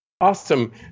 awesome